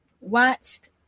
watched